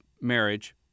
marriage